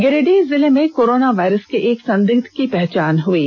गिरिडीह जिले में corona virus के एक संदिग्ध की पहचान हुई है